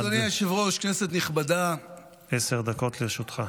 עד עשר דקות לרשותך.